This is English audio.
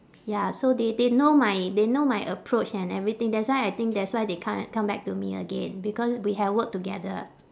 ya so they they know my they know my approach and everything that's why I think that's why they come a~ come back to me again because we have work together